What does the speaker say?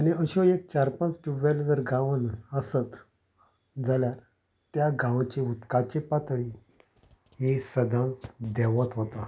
आनी अश्यो एक चार पांच ट्यूब वॅली जर गांवांत आसत जाल्यार त्या गांवची उदकाची पातळी ही सदांच देंवत वता